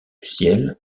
ciel